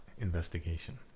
investigation